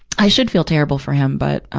i should feel terrible for him, but, um,